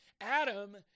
Adam